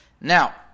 Now